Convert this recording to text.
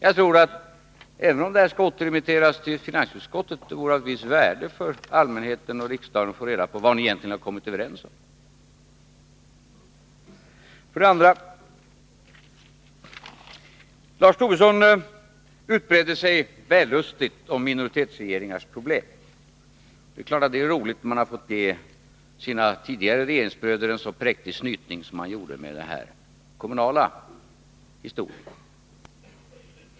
Jag tror att även om den här frågan skall återremitteras till finansutskottet, så vore det av visst värde för allmänheten och riksdagen att få reda på vad ni egentligen har kommit överens om. Lars Tobisson utbredde sig vällustigt om minoritetsregeringens problem. Det är klart att det är roligt att ha fått ge sina tidigare regeringsbröder en så präktig snyting som man gjort med den här kommunala historien.